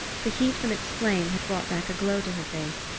the heat from its flame had brought back a glow to her face,